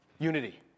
Unity